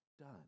done